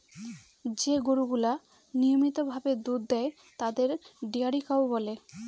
যে গরুগুলা নিয়মিত ভাবে দুধ দেয় তাদের ডেয়ারি কাউ বলে